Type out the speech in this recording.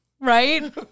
Right